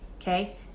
okay